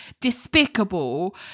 despicable